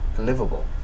livable